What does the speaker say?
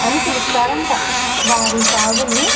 అని పిలుస్తారంట వారి సాగునీ